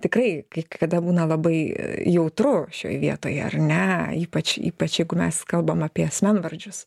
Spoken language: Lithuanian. tikrai kai kada būna labai jautru šioj vietoj ar ne ypač ypač jeigu mes kalbam apie asmenvardžius